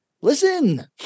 listen